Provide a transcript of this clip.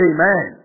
Amen